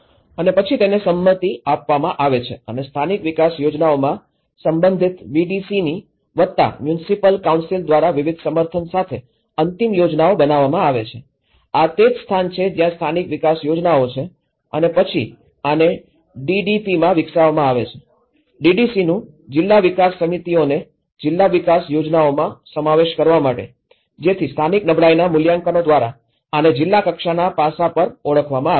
અને પછી આને સંમતિ આપવામાં આવે છે અને સ્થાનિક વિકાસ યોજનાઓમાં સંબંધિત વીડીસીની વત્તા મ્યુનિસિપલ કાઉન્સિલ દ્વારા વિવિધ સમર્થન સાથે અંતિમ યોજનાઓ બનાવવા માં આવે છે આ તે જ સ્થાને છે જ્યાં સ્થાનિક વિકાસ યોજનાઓ છે અને પછી આને ડીડીપીમાં વિકસાવવામાં આવે છે ડીડીસીનું જિલ્લા વિકાસ સમિતિઓને જિલ્લા વિકાસ યોજનાઓમાં સમાવેશ કરવા માટે જેથી સ્થાનિક નબળાઈના મૂલ્યાંકનો દ્વારા આને જિલ્લા કક્ષાના પાસા પર ઓળખવામાં આવ્યું છે